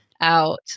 out